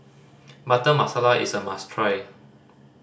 mutter masala is a must try